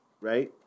right